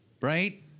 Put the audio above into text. right